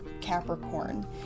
Capricorn